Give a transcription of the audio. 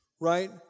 right